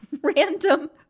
random